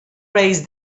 race